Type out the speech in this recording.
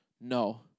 No